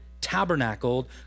tabernacled